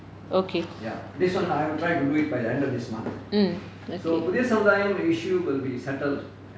okay mm okay